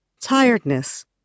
tiredness